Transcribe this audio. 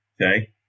Okay